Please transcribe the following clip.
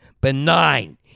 Benign